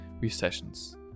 recessions